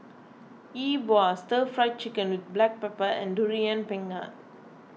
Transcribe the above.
Yi Bua Stir Fried Chicken with Black Pepper and Durian Pengat